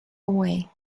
away